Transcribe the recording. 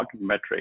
metric